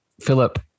Philip